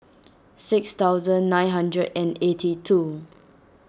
six thousand nine hundred and eighty two